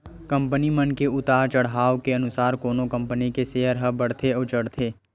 company मन के उतार चड़हाव के अनुसार कोनो कंपनी के सेयर ह बड़थे अउ चढ़थे